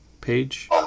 page